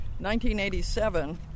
1987